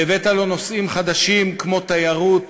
והבאת אליו נושאים חדשים, כמו תיירות